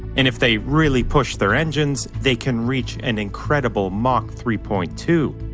and if they really push their engines, they can reach an incredible mach three point two.